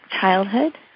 childhood